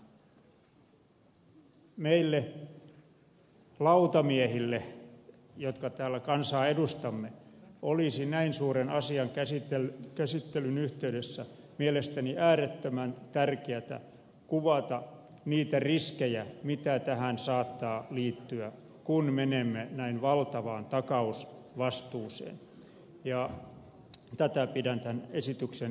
meille lautamiehille jotka täällä kansaa edustamme olisi näin suuren asian käsittelyn yhteydessä mielestäni äärettömän tärkeätä kuvata niitä riskejä mitä tähän saattaa liittyä kun menemme näin valtavaan takausvastuuseen ja tätä pidän tämän esityksen heikkoutena